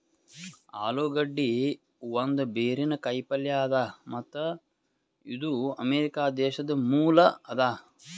ಆಲೂಗಡ್ಡಿ ಒಂದ್ ಬೇರಿನ ಕಾಯಿ ಪಲ್ಯ ಅದಾ ಮತ್ತ್ ಇದು ಅಮೆರಿಕಾ ದೇಶದ್ ಮೂಲ ಅದಾ